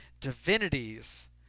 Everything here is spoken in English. divinities